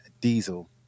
Diesel